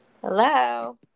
hello